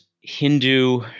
Hindu